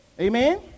Amen